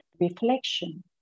reflection